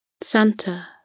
Santa